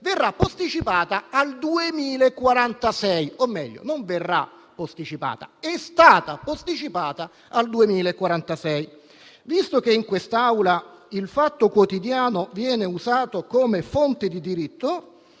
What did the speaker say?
verrà posticipata al 2046. O meglio, non verrà posticipata: è stata posticipata al 2046. Visto che in quest'Aula «Il Fatto Quotidiano» viene usato come fonte di diritto,